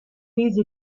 tesi